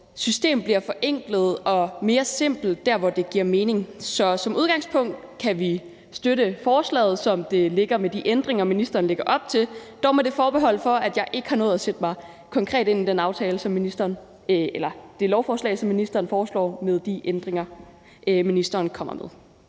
system bliver forenklet og mere simpelt der, hvor det giver mening. Så som udgangspunkt kan vi støtte forslaget, som det ligger, med de ændringer, ministeren lægger op til. Det er dog med det forbehold, at jeg ikke har nået at sætte mig konkret ind i det lovforslag, som ministeren foreslår, med de ændringer, ministeren kommer med.